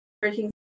breaking